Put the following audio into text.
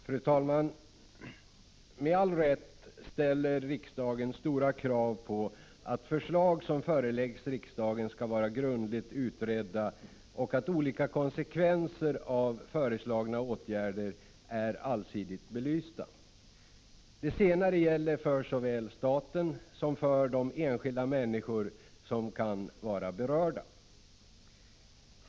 Fru talman! Med all rätt ställer riksdagen stora krav på att förslag som föreläggs riksdagen skall vara grundligt utredda och att olika konsekvenser av föreslagna åtgärder är allsidigt belysta. Det senare gäller för såväl staten som de enskilda människor som kan vara berörda.